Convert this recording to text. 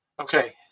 Okay